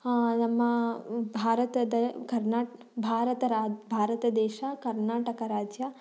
ನಮ್ಮ ಭಾರತದ ಕರ್ನಾಟ ಭಾರತ ರಾ ಭಾರತ ದೇಶ ಕರ್ನಾಟಕ ರಾಜ್ಯ